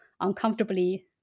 uncomfortably